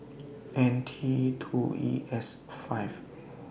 N T two E S five